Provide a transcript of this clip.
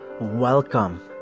Welcome